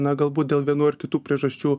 na galbūt dėl vienų ar kitų priežasčių